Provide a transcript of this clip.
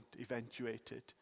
eventuated